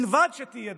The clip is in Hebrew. ובלבד שתהיה דמוקרטית.